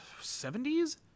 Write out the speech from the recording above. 70s